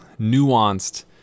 nuanced